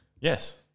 Yes